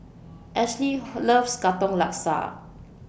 Ashli loves Katong Laksa